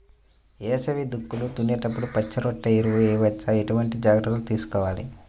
వేసవి దుక్కులు దున్నేప్పుడు పచ్చిరొట్ట ఎరువు వేయవచ్చా? ఎటువంటి జాగ్రత్తలు తీసుకోవాలి?